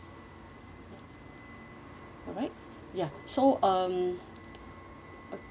alright ya so um